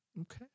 Okay